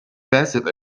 passive